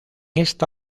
esta